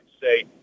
say